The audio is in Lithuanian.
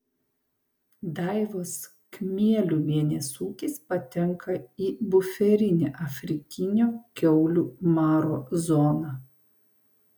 daivos kmieliuvienės ūkis patenka į buferinę afrikinio kiaulių maro zoną